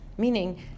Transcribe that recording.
Meaning